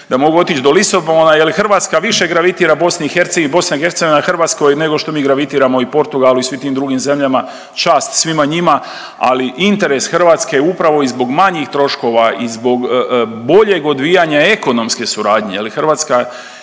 da mogu otići do Lisabona jer Hrvatska više gravitira BiH i BiH Hrvatskoj, nego što mi gravitiramo i Portugalu i svim tim drugim zemljama. Čast svima njima, ali interes Hrvatske je upravo i zbog manjih troškova i zbog boljeg odvijanja ekonomske suradnje. Hrvatska